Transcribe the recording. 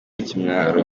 ikimwaro